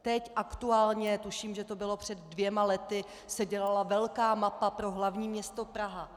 Teď aktuálně, tuším, že to bylo před dvěma lety, se dělala velká mapa pro hlavní město Praha.